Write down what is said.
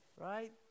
right